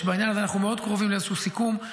ובעניין הזה אנחנו מאוד קרובים לאיזשהו סיכום.